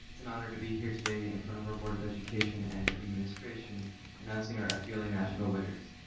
it's an honor to be here today in front of our board of education and administration announcing our ah fbla national winners.